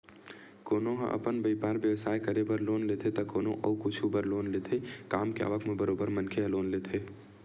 कोनो ह अपन बइपार बेवसाय करे बर लोन लेथे त कोनो अउ कुछु बर लोन लेथे काम के आवक म बरोबर मनखे ह लोन लेथे